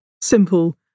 simple